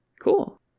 Cool